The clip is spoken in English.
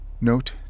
Note